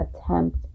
attempt